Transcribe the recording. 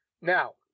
Now